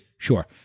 Sure